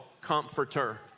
comforter